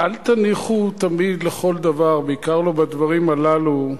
אל תניחו תמיד, בכל דבר, בעיקר לא בדברים הללו,